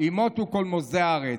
ימוטו כל מוסדי ארץ.